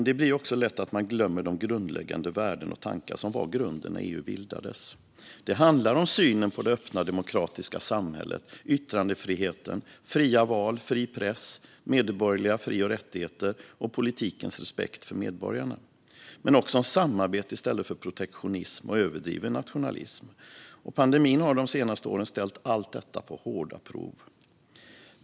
Det blir då lätt att man glömmer de grundläggande värden och tankar som var grunden när EU bilades. Det handlar om synen på det öppna demokratiska samhället, yttrandefriheten, fria val, fri press, medborgerliga fri och rättigheter och politikens respekt för medborgarna, men också om samarbete i stället för protektionism och överdriven nationalism. Pandemin har de senaste åren ställt allt detta på hårda prov.